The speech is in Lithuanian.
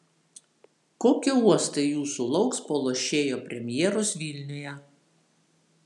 kokie uostai jūsų lauks po lošėjo premjeros vilniuje